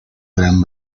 gran